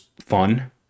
fun